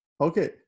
okay